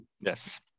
Yes